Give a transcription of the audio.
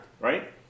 Right